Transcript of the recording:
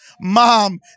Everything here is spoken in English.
mom